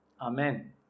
Amen